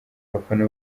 abafana